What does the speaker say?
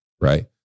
right